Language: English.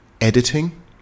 editing